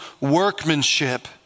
workmanship